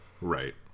Right